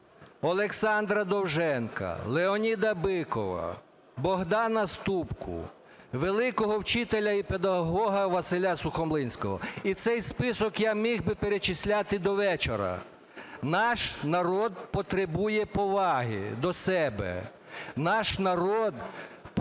Олександра Довженка, Леоніда Бикова, Богдана Ступку, великого вчителя і педагога Василя Сухомлинського. І цей список я міг би перечисляти до вечора. Наш народ потребує поваги до себе. Наш народ повинен